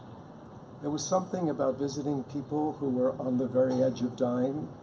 there was something about visiting people who were on the very edge of dying,